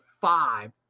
five